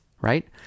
right